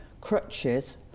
crutches